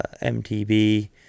mtb